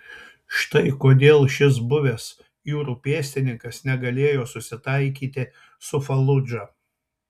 štai kodėl šis buvęs jūrų pėstininkas negalėjo susitaikyti su faludža